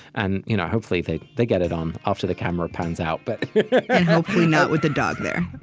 and you know hopefully they they get it on, after the camera pans out. but and hopefully not with the dog there.